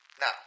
Now